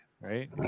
right